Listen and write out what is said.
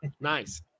Nice